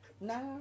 No